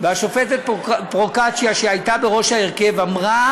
והשופטת פרוקצ'יה, שהייתה בראש ההרכב, אמרה